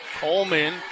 Coleman